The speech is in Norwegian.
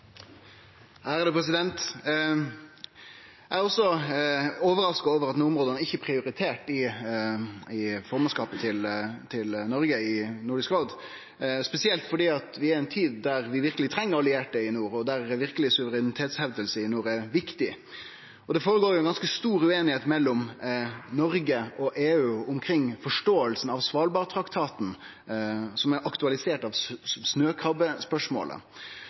også overraska over at nordområda ikkje er prioriterte i formannskapet til Noreg i Nordisk råd, spesielt fordi vi er i ei tid der vi verkeleg treng allierte i nord, og der det å hevde suverenitet i nord verkeleg er viktig. Det går føre seg ei ganske stor usemje mellom Noreg og EU omkring forståinga av Svalbardtraktaten, som er aktualisert av snøkrabbespørsmålet.